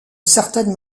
certaine